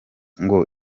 ngo